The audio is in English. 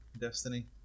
destiny